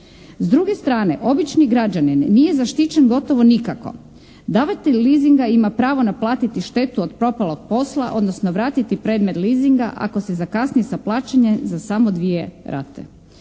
S druge strane obični građanin nije zaštićen gotovo nikako. Davatelj leasinga ima pravo naplatiti štetu od propalog posla, odnosno vratiti predmet leasinga ako se zakasni sa plaćanjem za samo dvije rate.